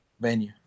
venue